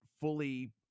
fully